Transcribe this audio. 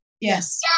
yes